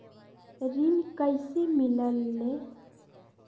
ऋण कईसे मिलल ले?